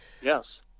Yes